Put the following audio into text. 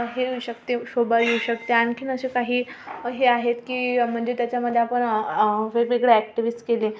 हे येऊ शकते शोभा येऊ शकते आणखीन असे काही हे आहेत की मंजे त्याच्यामध्ये आपण वेगवेगळ्या ॲक्टीविज केली